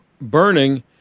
burning